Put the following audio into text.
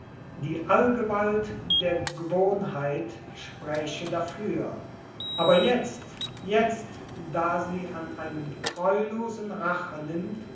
die allgewalt der gewohnheit spräche dafür aber jetzt jetzt da sie an einem treulosen rache